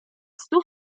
stu